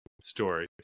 story